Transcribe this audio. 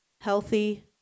healthy